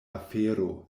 afero